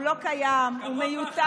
הוא לא קיים, הוא מיותר,